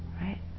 right